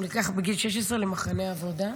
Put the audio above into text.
הוא נלקח בגיל 16 למחנה עבודה,